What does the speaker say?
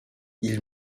ils